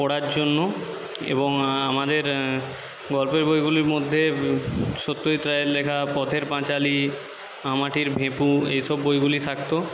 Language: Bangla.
পড়ার জন্য এবং আমাদের গল্পের বইগুলির মধ্যে সত্যজিৎ রায়ের লেখা পথের পাঁচালী আম আঁটির ভেঁপু এই সব বইগুলি থাকত